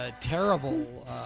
terrible